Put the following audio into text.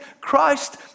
Christ